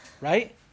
Right